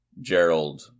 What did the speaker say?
gerald